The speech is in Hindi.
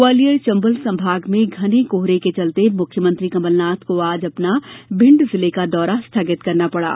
ग्वालियर चंबल संभाग में घने कोहरे के चलते मुख्यमंत्री कमलनाथ को आज अपना भिण्ड जिले का दौरा स्थगित करना पड़ा